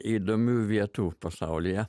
įdomių vietų pasaulyje